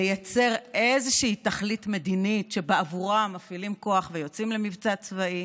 לייצר איזו תכלית מדינית שבעבורה מפעילים כוח ויוצאים למבצע צבאי,